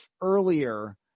earlier